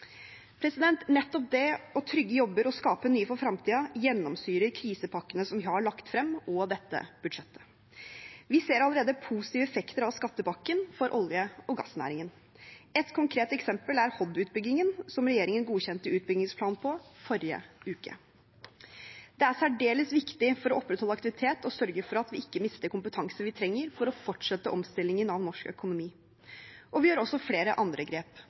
Nettopp det å trygge jobber og skape nye for fremtiden gjennomsyrer krisepakkene vi har lagt frem, og dette budsjettet. Vi ser allerede positive effekter av skattepakken for olje- og gassnæringen. Ett konkret eksempel er Hod-utbyggingen, som regjeringen godkjente utbyggingsplanen for i forrige uke. Det er særdeles viktig for å opprettholde aktivitet og sørge for at vi ikke mister kompetanse vi trenger for å fortsette omstillingen av norsk økonomi. Vi gjør også flere andre grep.